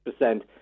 percent